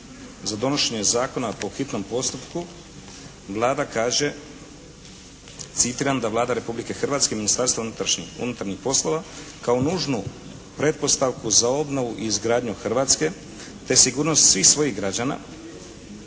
za donošenje zakona po hitnom postupku Vlada kaže citiram da: "Vlada Republike Hrvatske, Ministarstvo unutarnjih poslova, kao nužnu pretpostavku za obnovu i izgradnju Hrvatske, te sigurnost svih svojih građana